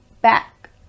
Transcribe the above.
back